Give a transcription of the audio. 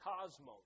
cosmos